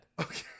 Okay